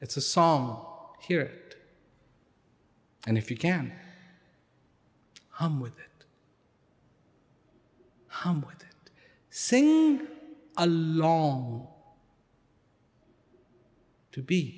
it's a song here and if you can hum with hum sing along to be